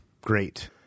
Great